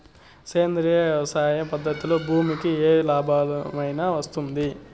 సేంద్రియ వ్యవసాయం పద్ధతులలో భూమికి ఏమి లాభమేనా వస్తుంది?